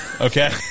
Okay